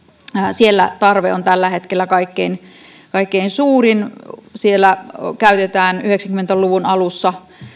siellä tarve on tällä hetkellä kaikkein kaikkein suurin siellä käytetään yhdeksänkymmentä luvun alussa